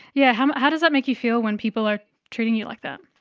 yeah how um how does that make you feel, when people are treating you like that?